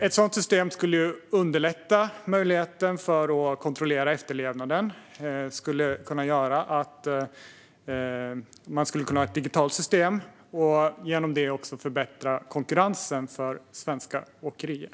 Ett sådant system skulle underlätta möjligheten att kontrollera efterlevnaden. Vi skulle kunna ha ett digitalt system och genom det även förbättra konkurrensen för svenska åkerier.